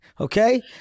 Okay